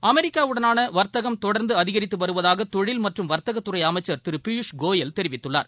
அமெரிக்காவுடனான வாத்தகம் தொடா்ந்து அதிகரித்து வருவதாக தொழில் மற்றும் வாத்தகத்துறை அமைச்சர் திரு பியூஷ் கோயல் தெரிவித்துள்ளார்